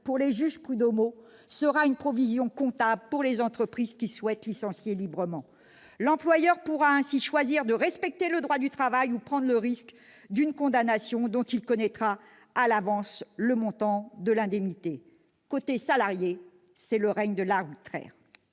imposé aux juges prud'homaux sera une provision comptable pour les entreprises qui souhaitent licencier librement ! L'employeur pourra ainsi choisir de respecter le droit du travail ou prendre le risque d'une condamnation, car il connaîtra à l'avance le montant de l'indemnité. Côté salarié, c'est le règne de l'arbitraire